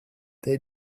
they